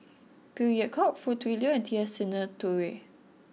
Phey Yew Kok Foo Tui Liew and T S Sinnathuray